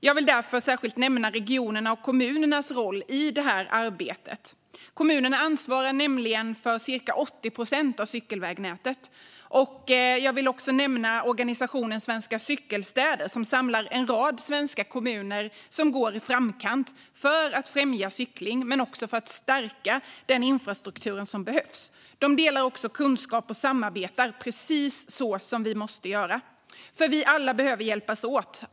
Jag vill därför särskilt nämna regionernas och kommunernas roll i arbetet. Kommunerna ansvarar nämligen för cirka 80 procent av cykelvägnätet. Jag vill också nämna organisationen Svenska Cykelstäder, som samlar en rad svenska kommuner, som går i framkant för att främja cykling och stärka den infrastruktur som behövs. De delar kunskap och samarbetar precis så som vi måste göra. Vi behöver alla hjälpas åt.